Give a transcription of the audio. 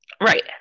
Right